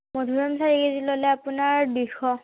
মধুৰিআম চাৰি কেজি ল'লে আপোনাৰ দুইশ